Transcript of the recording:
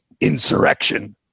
insurrection